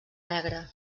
negre